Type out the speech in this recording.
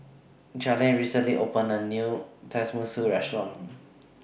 Jalen recently opened A New Tenmusu Restaurant